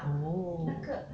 oh